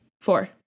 Four